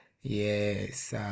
Yes